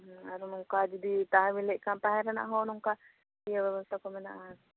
ᱟᱨᱚ ᱱᱚᱝᱠᱟ ᱡᱩᱫᱤ ᱛᱟᱸᱦᱮ ᱵᱮᱱ ᱞᱟᱹᱭᱮᱫ ᱠᱷᱟᱱ ᱛᱟᱸᱦᱮ ᱨᱮᱱᱟᱜ ᱦᱚᱸ ᱱᱚᱝᱠᱟ ᱤᱭᱟᱹ ᱵᱮᱵᱚᱥᱛᱟ ᱠᱚ ᱢᱮᱱᱟᱜᱼᱟ